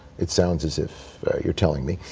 it sounds as if you're telling me,